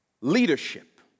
leadership